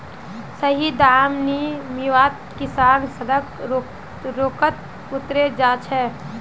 सही दाम नी मीवात किसान सड़क रोकोत उतरे जा छे